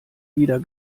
wieder